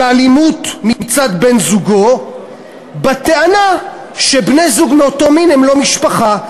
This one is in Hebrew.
אלימות מצד בן-זוגו בטענה שבני-זוג מאותו מין הם לא משפחה,